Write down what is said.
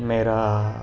मेरा